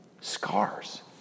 scars